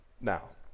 now